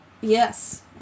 Yes